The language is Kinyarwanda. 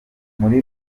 muri